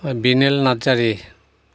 Binel Narzary